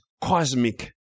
cosmic